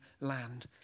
land